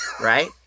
Right